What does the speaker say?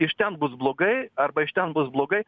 iš ten bus blogai arba iš ten bus blogai